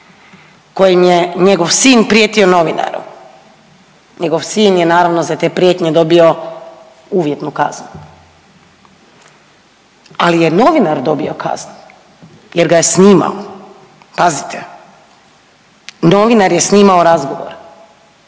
kojim je njegov sin prijetio novinaru, njegov sin je naravno za te prijetnje dobio uvjetnu kaznu, ali je novinar dobio kaznu jer ga je snimao, pazite. Novinar je snimao razgovor